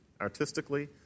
artistically